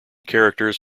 characters